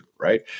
right